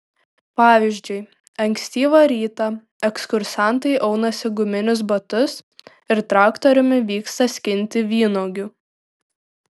pavyzdžiui ankstyvą rytą ekskursantai aunasi guminius batus ir traktoriumi vyksta skinti vynuogių